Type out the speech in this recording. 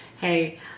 hey